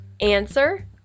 Answer